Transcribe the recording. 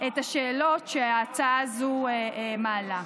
את השאלות שההצעה הזו מעלה.